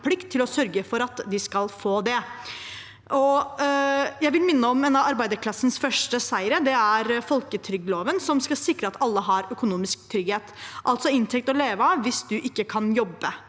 til å sørge for at en skal få det. Jeg vil minne om en av arbeiderklassens første seire. Det er folketrygdloven, som skal sikre at alle har økonomisk trygghet, altså inntekt å leve av hvis en ikke kan jobbe.